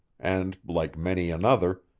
and, like many another,